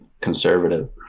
conservative